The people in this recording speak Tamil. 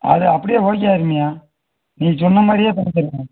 அது அப்படியே ஓகே ஆகிடும்யா நீ சொன்ன மாதிரியே பண்ணித்தரேன் நான்